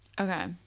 Okay